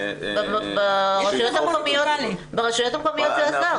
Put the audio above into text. ברשויות המקומיות זה עזר.